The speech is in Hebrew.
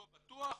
לא בטוח,